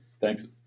Thanks